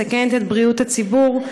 מסכן את בריאות הציבור,